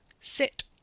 Sit